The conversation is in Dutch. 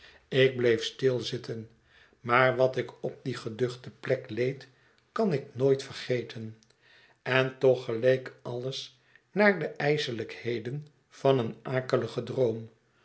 ik bleef stil zitten maar wat ik op die geduchte plek leed kan ik nooit vergeten en toch geleek alles naar de ijselijkheden van een akeligen droom